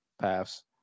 paths